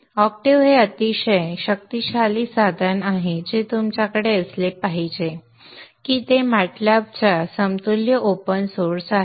octave हे एक अतिशय शक्तिशाली साधन आहे जे तुमच्याकडे असले पाहिजे की ते MATLAB च्या समतुल्य ओपन सोर्स आहे